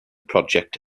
project